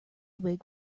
wig